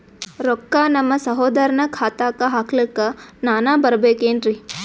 ರೊಕ್ಕ ನಮ್ಮಸಹೋದರನ ಖಾತಾಕ್ಕ ಹಾಕ್ಲಕ ನಾನಾ ಬರಬೇಕೆನ್ರೀ?